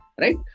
Right